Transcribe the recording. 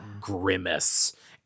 grimace